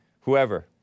whoever